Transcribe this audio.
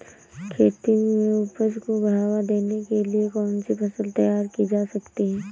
खेती में उपज को बढ़ावा देने के लिए कौन सी फसल तैयार की जा सकती है?